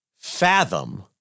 fathom